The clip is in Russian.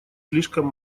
слишком